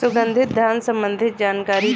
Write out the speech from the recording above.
सुगंधित धान संबंधित जानकारी दी?